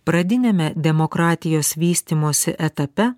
pradiniame demokratijos vystymosi etape